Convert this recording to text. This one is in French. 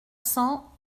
cents